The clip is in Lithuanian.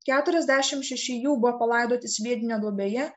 keturiasdešimt šeši jų buvo palaidoti sviedinio duobėje